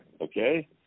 Okay